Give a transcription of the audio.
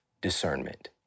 discernment